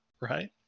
right